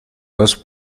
dos